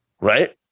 right